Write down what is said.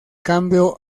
cambio